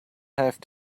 have